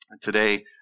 Today